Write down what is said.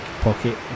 Pocket